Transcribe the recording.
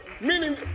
Meaning